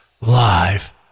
live